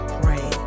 pray